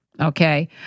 Okay